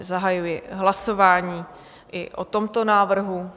Zahajuji hlasování i o tomto návrhu.